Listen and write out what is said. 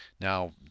Now